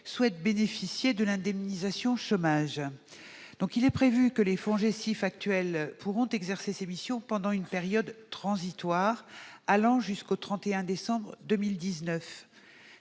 souhaite bénéficier de l'indemnisation chômage. Il est prévu que les FONGECIF actuels pourront exercer ces missions pendant une période transitoire allant jusqu'au 31 décembre 2019